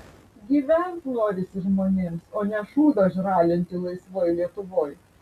gyvent norisi žmonėms o ne šūdą žralinti laisvoj lietuvoj